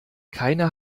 keiner